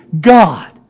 God